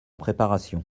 préparation